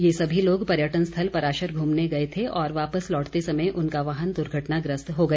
ये सभी लोग पर्यटन स्थल पराशर घूमने गए थे और वापस लौटते समय उनका वाहन दुर्घटनाग्रस्त हो गया